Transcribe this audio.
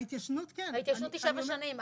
ההתיישנות היא שבע שנים.